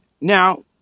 Now